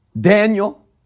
Daniel